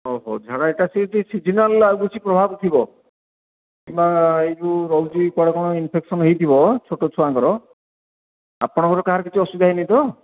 ହଉ ହଉ ଝାଡା ଏଇଟା ସିଏ ସେଇ ସିଜିନାଲ୍ ଆଉ କିଛି ପ୍ରଭାବ ଥିବ କିମ୍ବା ଏଇ ଯେଉଁ ରହୁଛି କୁଆଡେ କ'ଣ ଇନ୍ଫେକ୍ସନ୍ ହୋଇଥିବ ଛୋଟ ଛୁଆଙ୍କର ଆପଣଙ୍କର କାହାର କିଛି ଅସୁବିଧା ହୋଇନି ତ